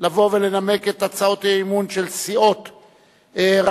לבוא ולנמק את הצעות האי-אמון של סיעות רע"ם-תע"ל,